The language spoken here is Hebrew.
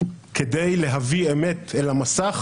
כדי להביא אמת אל המסך,